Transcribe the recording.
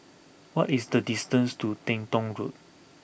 what is the distance to Teng Tong Road